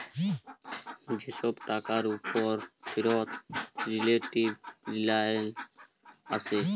যে ছব টাকার উপর ফিরত রিলেটিভ রিটারল্স আসে